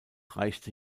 reichte